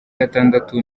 gatandatu